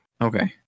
Okay